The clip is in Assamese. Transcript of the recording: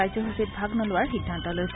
কাৰ্য্যসূচীত ভাগ নোলোৱাৰ সিদ্ধান্ত লৈছে